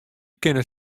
kinne